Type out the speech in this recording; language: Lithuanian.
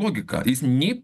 logika jis nė